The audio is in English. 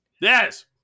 Yes